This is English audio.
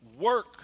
work